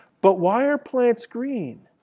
but why are plants green?